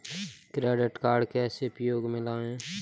Credit card कैसे उपयोग में लाएँ?